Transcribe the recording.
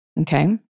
Okay